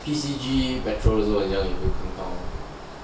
P_C_G patrol 的时候人家都会看到